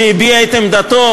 שהביע את עמדתו,